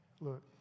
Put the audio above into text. Look